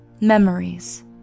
Memories